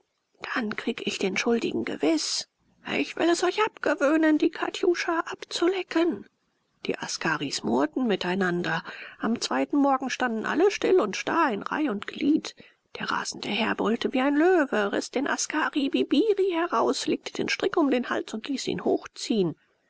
dann krieg ich den schuldigen gewiß ich will es euch abgewöhnen die katjuscha abzulecken die askaris murrten miteinander am zweiten morgen standen alle still und starr in reih und glied der rasende herr brüllte wie ein löwe riß den askari bibiri heraus legte den strick um den hals und ließ ihn hochziehen